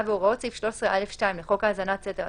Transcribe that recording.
והוראות סעיף 13(א)(2) לחוק האזנת סתר,